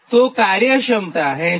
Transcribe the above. તો કાર્યક્ષમતા8085